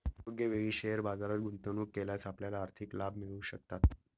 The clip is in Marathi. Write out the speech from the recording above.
योग्य वेळी शेअर बाजारात गुंतवणूक केल्यास आपल्याला आर्थिक लाभ मिळू शकतात